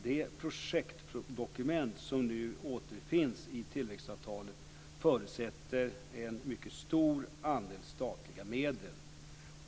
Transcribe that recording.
Det projektdokument som nu återfinns i tillväxtavtalet förutsätter en mycket stor andel statliga medel.